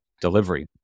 delivery